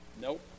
Nope